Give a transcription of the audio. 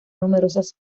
numerosas